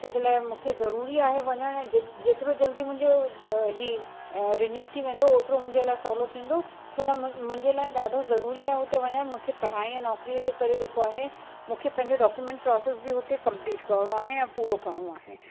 छोजे लाइ मूंखे ज़रूरी आहे वञण जे जेतिरो जल्दी मुंहिंजो हीउ रिन्यू थी वेंदो ओतिरो मुंहिंजे लाइ सहूलो थींदो छो लाइ मुं मुंहिंजे लाइ ॾाढो ज़रूरी आहे उते वञणु मूंखे पढ़ाई ऐं नौकरी जे करे जेको आहे मूंखे पंहिंजो डॉक्यूमेंट प्रोसेस बि हुते कंप्लीट करिणो आहे ऐं पूरो करिणो आहे त